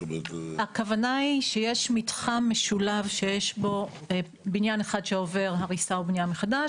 הכוונה היא שיש מתחם משולב שיש בו בניין אחד שעובר הריסה או בנייה מחדש,